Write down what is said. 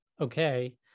Okay